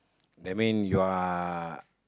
that mean you are